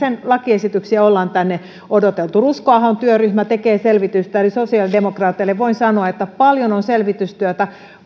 raportti sen lakiesityksiä ollaan tänne odoteltu ruskoahon työryhmä tekee selvitystä eli sosiaalidemokraateille voin sanoa että paljon on selvitystyötä